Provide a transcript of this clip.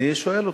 אני שואל אותך,